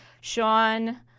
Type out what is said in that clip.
sean